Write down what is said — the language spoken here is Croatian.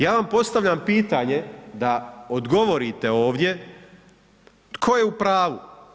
Ja vam postavljam pitanje da odgovorite ovdje tko je u pravu?